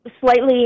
slightly